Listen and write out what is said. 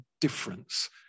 difference